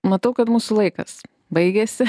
matau kad mūsų laikas baigėsi